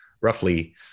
roughly